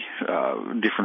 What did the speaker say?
different